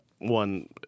one